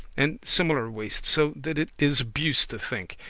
and semblable waste, so that it is abuse to think.